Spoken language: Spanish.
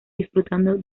disfrutando